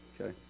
okay